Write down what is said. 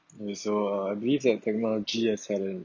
okay so uh I believe that technology has a